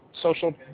social